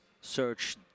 search